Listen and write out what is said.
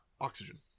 oxygen